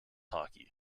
hockey